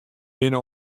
binne